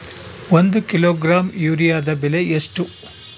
ಒಂದು ಕಿಲೋಗ್ರಾಂ ಯೂರಿಯಾದ ಬೆಲೆ ಎಷ್ಟು?